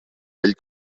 vell